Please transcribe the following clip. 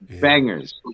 bangers